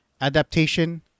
adaptation